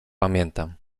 pamiętam